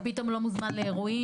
אתה פתאום לא מוזמן לאירועים,